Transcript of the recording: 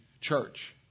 church